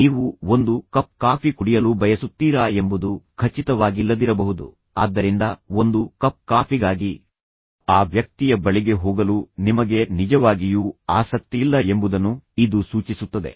ನೀವು ಒಂದು cup coffee ಕುಡಿಯಲು ಬಯಸುತ್ತೀರಾ ಎಂಬುದು ಖಚಿತವಾಗಿಲ್ಲದಿರಬಹುದು ಆದ್ದರಿಂದ ಒಂದು ಕಪ್ ಕಾಫಿಗಾಗಿ ಆ ವ್ಯಕ್ತಿಯ ಬಳಿಗೆ ಹೋಗಲು ನಿಮಗೆ ನಿಜವಾಗಿಯೂ ಆಸಕ್ತಿಯಿಲ್ಲ ಎಂಬುದನ್ನು ಇದು ಸೂಚಿಸುತ್ತದೆ